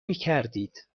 میکردید